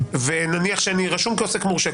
ונניח שאני רשום כעוסק מורשה,